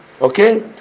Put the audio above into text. Okay